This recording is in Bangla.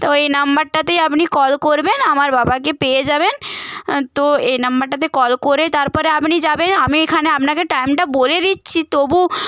তো এই নাম্বারটাতেই আপনি কল করবেন আমার বাবাকে পেয়ে যাবেন তো এই নাম্বারটাতে কল করে তারপরে আপনি যাবেন আমি এখানে আপনাকে টাইমটা বলে দিচ্ছি তবু